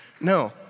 No